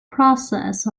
process